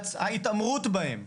ההתעמרות בהם,